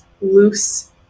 loose